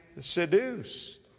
seduced